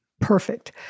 Perfect